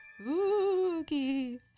Spooky